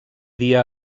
dia